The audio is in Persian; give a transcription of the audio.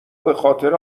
بخاطر